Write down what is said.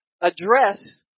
address